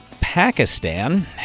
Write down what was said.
Pakistan